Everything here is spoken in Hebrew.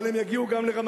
אבל הם יגיעו גם לרמת-אביב,